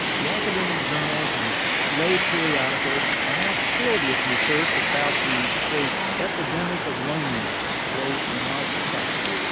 the academic journals and lay periodicals are now filled with research about the, quote, epidemic of loneliness quote, in our society.